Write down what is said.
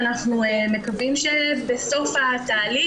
ואנחנו מקווים שבסוף התהליך,